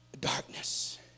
darkness